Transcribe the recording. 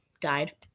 died